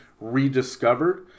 rediscovered